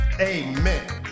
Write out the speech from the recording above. Amen